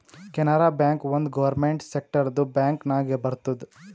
Canara bank ಒಂದ್ government ಸೆಕ್ಟರ್ದು bank ನಾಗ್ ಬರ್ತುದ್